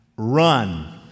run